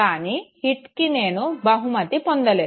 కానీ హిట్కి నేను బహుమతి పొందలేదు